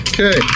Okay